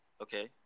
Okay